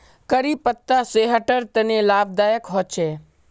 करी पत्ता सेहटर तने लाभदायक होचे